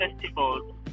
festivals